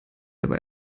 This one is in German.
aber